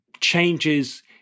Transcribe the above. changes